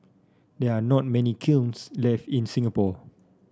there are not many kilns left in Singapore